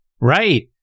Right